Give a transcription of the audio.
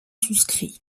souscrit